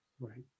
Right